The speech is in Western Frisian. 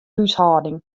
húshâlding